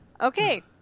Okay